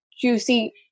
Juicy